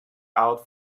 out